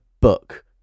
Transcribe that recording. book